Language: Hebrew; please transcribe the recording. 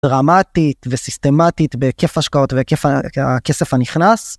דרמטית וסיסטמטית בכיף השקעות וכיף הכסף הנכנס.